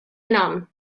enam